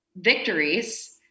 victories